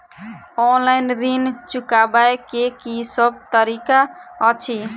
Online ऋण चुकाबै केँ की सब तरीका अछि?